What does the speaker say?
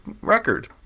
record